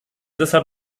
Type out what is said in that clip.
deshalb